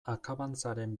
akabantzaren